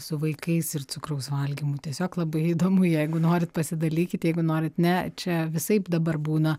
su vaikais ir cukraus valgymu tiesiog labai įdomu jeigu norit pasidalykit jeigu nenorit ne čia visaip dabar būna